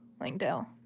Langdale